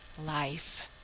life